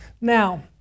Now